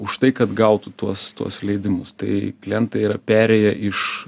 už tai kad gautų tuos tuos leidimus tai klientai yra perėję iš